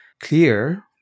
clear